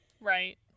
Right